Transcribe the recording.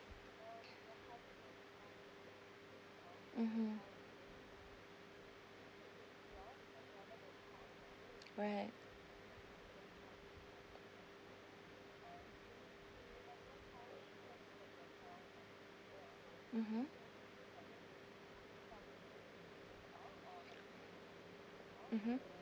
mmhmm right mmhmm mmhmm